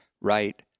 right